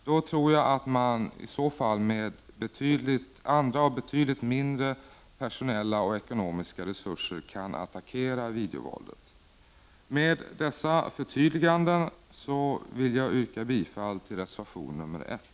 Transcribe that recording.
Jag tror att man med andra och betydligt mindre personella och ekonomiska resurser kan attackera videovåldet. Med dessa förtydliganden vill jag yrka bifall till reservation 1.